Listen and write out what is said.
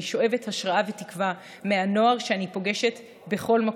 אני שואבת השראה ותקווה מהנוער שאני פוגשת בכל מקום.